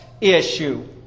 issue